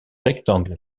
rectangle